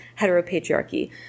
heteropatriarchy